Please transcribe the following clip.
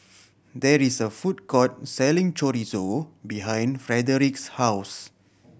there is a food court selling Chorizo behind Frederic's house